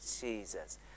Jesus